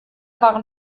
waren